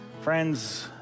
friends